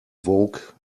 woke